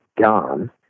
gone